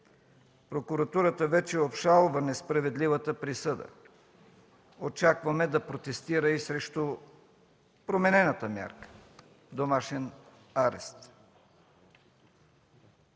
Прокуратурата вече обжалва несправедливата присъда, очакваме да протестира и срещу променената мярка „домашен арест”.